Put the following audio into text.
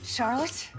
Charlotte